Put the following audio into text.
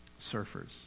surfers